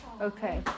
Okay